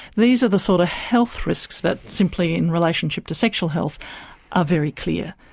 these are the sort of health risks that simply in relationship to sexual health are very clear.